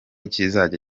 kizajya